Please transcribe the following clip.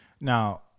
Now